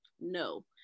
no